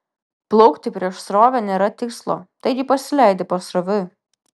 plaukti prieš srovę nėra tikslo taigi pasileidi pasroviui